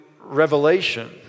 revelation